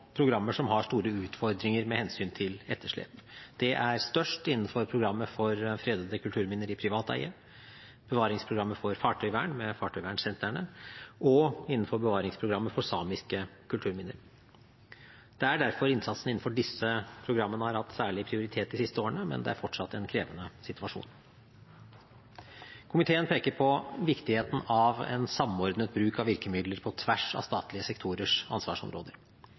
programmer som har store utfordringer med hensyn til etterslep. Det er størst innenfor programmet for fredede kulturminner i privat eie, Bevaringsprogrammet for fartøyvern, med fartøyvernsentrene, og innenfor Bevaringsprogrammet for samiske kulturminne. Det er derfor innsatsen innenfor disse programmene har hatt særlig prioritet de siste årene, men det er fortsatt en krevende situasjon. Komiteen peker på viktigheten av en samordnet bruk av virkemidler på tvers av statlige sektorers ansvarsområder.